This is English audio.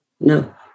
no